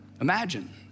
imagine